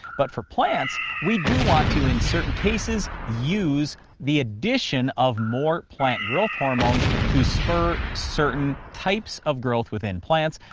but for plants, we do want to in certain cases use the addition of more plant growth hormones to spur certain types of growth within plants.